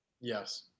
Yes